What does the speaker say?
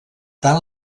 tant